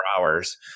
hours